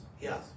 Yes